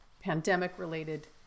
pandemic-related